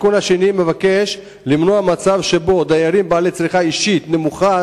התיקון השני נועד למנוע מצב שבו דיירים עם צריכה אישית נמוכה